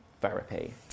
Therapy